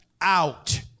Out